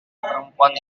perempuan